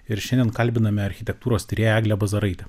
ir šiandien kalbiname architektūros tyrėją eglę bazaraitę